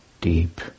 deep